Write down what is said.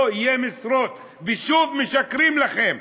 לא יהיו משרות ושוב משקרים לכם,